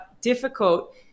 difficult